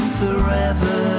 forever